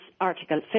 Article